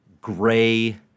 gray